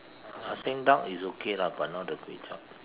I think duck is okay lah but not the kway-chap